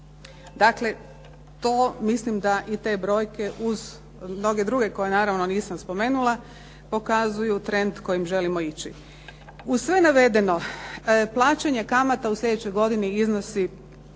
Dakle, to mislim da i te brojke uz mnoge druge koje naravno nisam spomenula pokazuju trend kojim želimo ići. Uz sve navedeno plaćanje kamata u slijedećoj godini iznosi